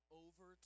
over